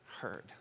heard